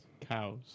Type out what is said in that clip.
Cows